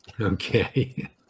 Okay